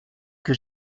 que